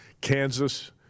Kansas